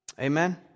Amen